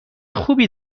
خوبی